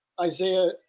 Isaiah